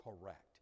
correct